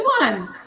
one